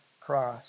Christ